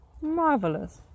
Marvelous